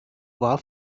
war